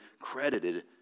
credited